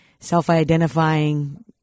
self-identifying